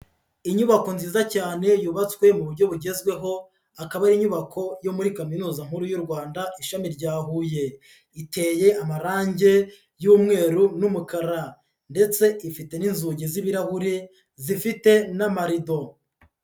Inyubako nziza cyane yubatswe mu buryo bugezweho akaba ari inyubako yo muri Kaminuza nkuru y'u Rwanda ishami rya Huye, iteye amarange y'umweru n'umukara ndetse ifite n'inzugi z'ibirahure zifite n'amarido.